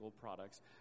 products